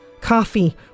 Coffee